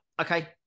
okay